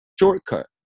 shortcut